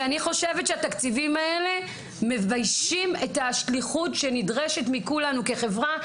אני חושבת שהתקציבים האלה מביישים את השליחות שנדרשת מכולנו כחברה,